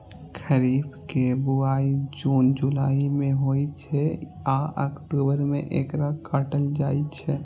खरीफ के बुआई जुन जुलाई मे होइ छै आ अक्टूबर मे एकरा काटल जाइ छै